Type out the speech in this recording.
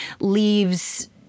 leaves